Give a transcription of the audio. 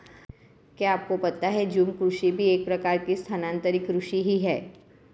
क्या आपको पता है झूम कृषि भी एक प्रकार की स्थानान्तरी कृषि ही है?